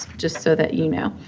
just so that you know.